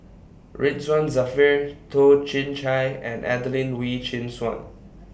Ridzwan Dzafir Toh Chin Chye and Adelene Wee Chin Suan